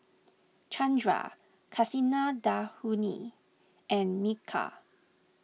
Chandra Kasinadhuni and Milkha